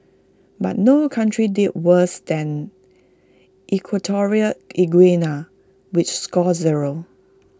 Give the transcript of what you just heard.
but no country did worse than equatorial Guinea which scored zero